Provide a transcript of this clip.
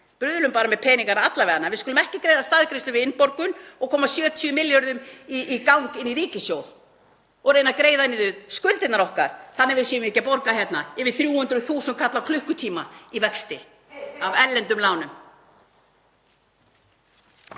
bruðlum með peningana alla vega en við skulum ekki greiða staðgreiðslu við innborgun og koma 70 milljörðum í gang inn í ríkissjóð og reyna að greiða niður skuldirnar okkar þannig að við séum ekki að borga hérna yfir 300.000 kall á klukkutíma í vexti af erlendum lánum.